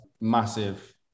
Massive